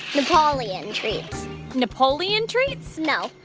napoleon treats napoleon treats? no,